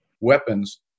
weapons